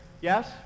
Yes